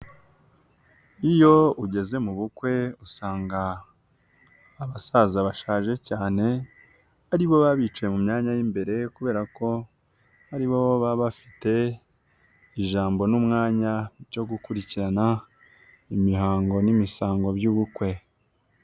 Iyo ugeze mu bukwe usanga abasaza bashaje cyane aribo baba bicaye mu myanya y'imbere, kubera ko aribo baba bafite ijambo n'umwanya byo gukurikirana imihango n'imisango by'ubukwe.